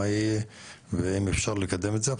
מה יהיה ואם אפשר לקדם את זה,